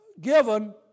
given